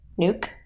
nuke